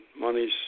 money's